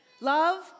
love